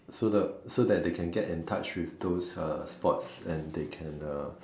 so the so that they can get in touch with those sports and they can uh